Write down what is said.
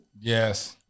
Yes